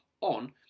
on